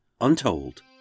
untold